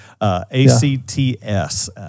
A-C-T-S